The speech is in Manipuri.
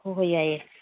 ꯍꯣꯏ ꯍꯣꯏ ꯌꯥꯏꯌꯦ